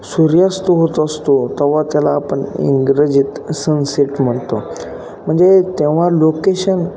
सूर्यास्त होत असतो तेव्हा त्याला आपण इंग्रजीत सनसेट म्हणतो म्हणजे तेव्हा लोकेशन